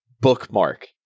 bookmark